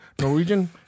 Norwegian